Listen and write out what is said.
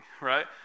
right